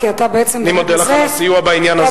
אני מודה לך על הסיוע בעניין הזה.